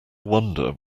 wonder